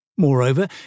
Moreover